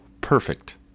Perfect